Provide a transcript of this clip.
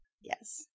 Yes